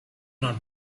not